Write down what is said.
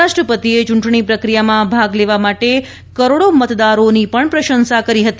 રાષ્ટ્રપતિએ ચૂંટણી પ્રક્રિયામાં ભાગ લેવા માટે કરોડો મતદારોની પણ પ્રશંસા કરી હતી